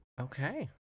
Okay